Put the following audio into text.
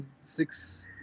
Six